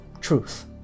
truth